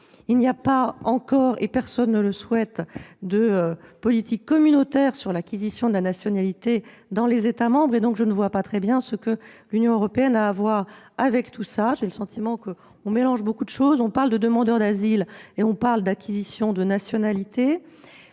Il n'y a pas encore- et personne ne le souhaite -de politique communautaire en matière d'acquisition de la nationalité dans les États membres ; je ne vois donc pas très bien ce que l'Union européenne a à voir avec tout cela. J'ai le sentiment qu'on mélange beaucoup de choses à parler à la fois de demandeurs d'asile et d'acquisition de nationalité.